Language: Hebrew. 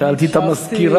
שאלתי את המזכירה,